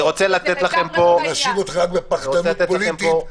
אני מאשים אתכם רק בפחדנות פוליטית,